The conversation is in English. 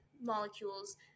molecules